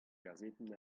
gazetenn